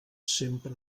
sempre